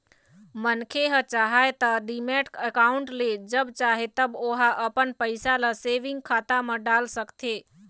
मनखे ह चाहय त डीमैट अकाउंड ले जब चाहे तब ओहा अपन पइसा ल सेंविग खाता म डाल सकथे